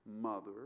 mother